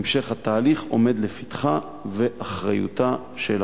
המשך התהליך עומד לפתחה ובאחריותה של הרשות.